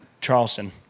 Charleston